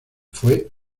fue